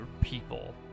people